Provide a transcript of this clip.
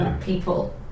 people